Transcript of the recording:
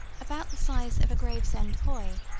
about the size of a gravesend hoy,